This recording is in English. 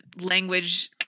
language